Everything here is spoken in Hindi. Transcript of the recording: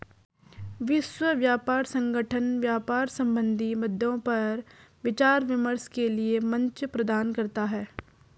विश्व व्यापार संगठन व्यापार संबंधी मद्दों पर विचार विमर्श के लिये मंच प्रदान करता है